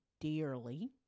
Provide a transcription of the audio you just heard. dearly